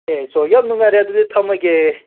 ꯑꯦ ꯌꯥꯝ ꯅꯨꯡꯉꯥꯏꯔꯦ ꯑꯗꯨꯗꯤ ꯊꯝꯃꯒꯦ